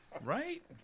Right